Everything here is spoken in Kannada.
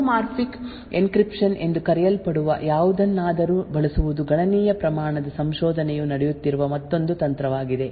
ಹೋಮೋಮಾರ್ಫಿಕ್ ಎನ್ಕ್ರಿಪ್ಶನ್ ಎಂದು ಕರೆಯಲ್ಪಡುವ ಯಾವುದನ್ನಾದರೂ ಬಳಸುವುದು ಗಣನೀಯ ಪ್ರಮಾಣದ ಸಂಶೋಧನೆಯು ನಡೆಯುತ್ತಿರುವ ಮತ್ತೊಂದು ತಂತ್ರವಾಗಿದೆ